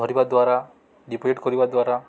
ଧରିବା ଦ୍ୱାରା ଡିପୋଜିଟ୍ କରିବା ଦ୍ୱାରା